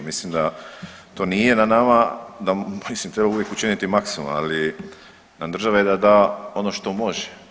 Mislim da to nije na nama da mislim da treba uvijek učiniti maksimalno, ali na državi je da da ono što može.